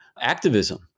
activism